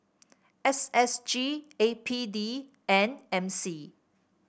S S G A P D and M C